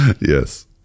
Yes